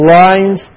lines